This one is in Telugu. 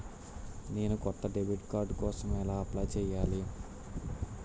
నేను కొత్త డెబిట్ కార్డ్ కోసం ఎలా అప్లయ్ చేయాలి?